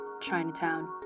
Chinatown